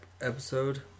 episode